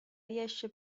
riesce